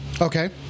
Okay